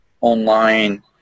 online